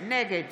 נגד